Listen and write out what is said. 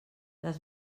les